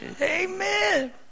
Amen